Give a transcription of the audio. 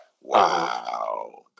Wow